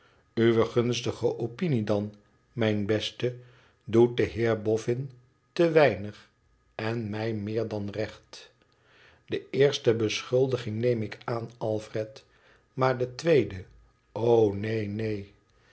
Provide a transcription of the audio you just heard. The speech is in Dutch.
uwe gunstige opbie dan mijne beste doet den heef boffin te weinig en mij meer dan recht de eerste beschuldiging neem ik aan alfred maar de tweede o neen neen